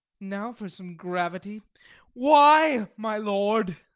now for some gravity why, my lord?